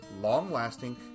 long-lasting